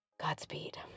Godspeed